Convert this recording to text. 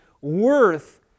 worth